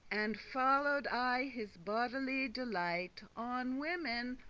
and follow'd aye his bodily delight on women,